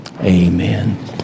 amen